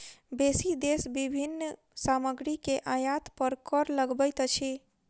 बेसी देश विभिन्न सामग्री के आयात पर कर लगबैत अछि